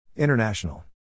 International